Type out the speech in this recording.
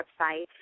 website